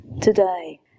today